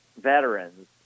veterans